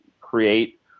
create